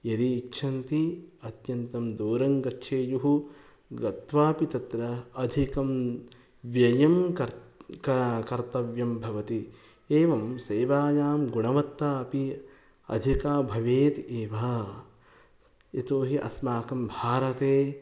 यदि इच्छन्ति अत्यन्तं दूरं गच्छेयुः गत्वापि तत्र अधिकं व्ययं कर्ता का कर्तव्यं भवति एवं सेवायां गुणवत्ता अपि अधिका भवेत् एव यतो हि अस्माकं भारते